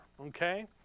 Okay